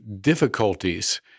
difficulties